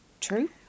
true